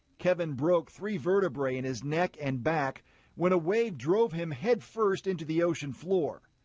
kevin broke three vertebrae in his neck and back when a wave drove him head first into the ocean floor.